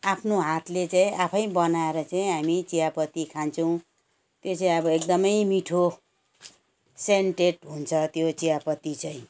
आफ्नो हातले चाहिँ आफैँ बनाएर चाहिँ हामी चियापत्ती खान्छौँ त्यो चाहिँ अब एकदमै मिठो सेन्टेड हुन्छ त्यो चियापत्ती चाहिँ